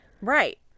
right